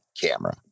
camera